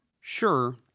Sure